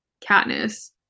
Katniss